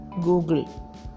Google